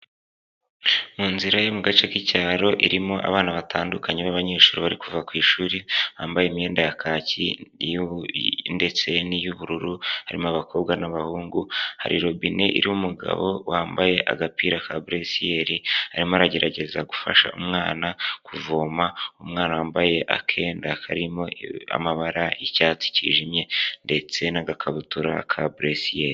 Mu nzira yo mu gace k'icyaro irimo abana batandukanye b'abanyeshuri bari kuva ku ishuri bambaye imyenda ya kaki ndetse n'iy'ubururu harimo abakobwa n'abahungu hari robine igabo wambaye agapira ka buruciyeri arimo aragerageza gufasha umwana kuvoma umwana wambaye akenda karimo amabara y'icyatsi kijimye ndetse n'agakabutura ka buruciyeri.